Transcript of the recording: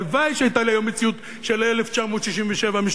הלוואי שהיתה לי היום מציאות של 1967. אדוני,